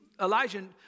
Elijah